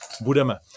budeme